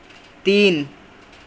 تین